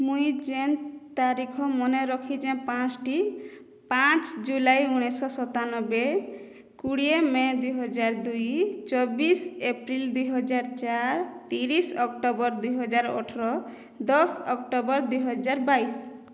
ମୁଇଁ ଯେନ୍ ତାରିଖ ମନେରଖିଛେଁ ପାଞ୍ଚ୍ଟି ପାଞ୍ଚ ଜୁଲାଇ ଉଣେଇଶହ ସତାନବେ କୋଡ଼ିଏ ମେ ଦୁଇ ହଜାର ଦୁଇ ଚବିଶ ଏପ୍ରିଲ ଦୁଇ ହଜାର ଚାରି ତିରିଶ ଅକ୍ଟୋବର ଦୁଇ ହଜାର ଅଠର ଦଶ ଅକ୍ଟୋବର ଦୁଇ ହଜାର ବାଇଶ